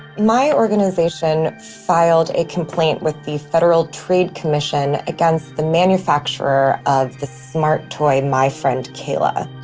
my organization filed a complaint with the federal trade commission against the manufacturer of the smart toy, my friend cayla